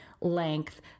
length